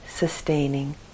sustaining